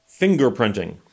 fingerprinting